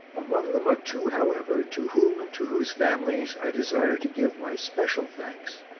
among them are two, however, to whom, and to whose families, i desire to give my special thanks,